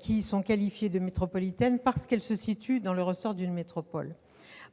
Si elles sont qualifiées de métropolitaines, c'est parce qu'elles se situent dans le ressort d'une métropole.